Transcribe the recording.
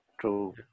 true